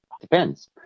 Depends